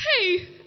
Hey